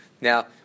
Now